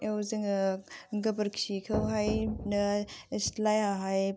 एयाव जोङो गोबोरखिखौहायनो सिथ्लायावहाय